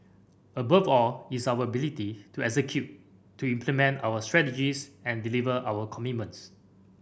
above all is our ability to execute to implement our strategies and deliver our commitments